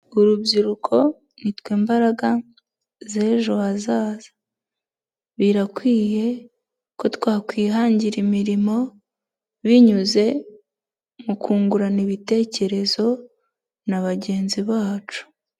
Urubyiruko ni twe mbaraga z'ejo hazaza. Birakwiye ko twakwihangira imirimo, binyuze mu kungurana ibitekerezo na bagenzi bacu.